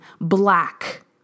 black